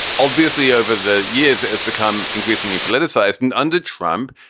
obviously, over the years, it has become increasingly politicized and under trump,